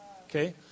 okay